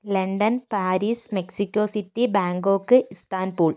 London Paris Mexico City Bangkok Istanbul